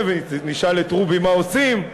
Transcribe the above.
ונשאל את רובי מה עושים,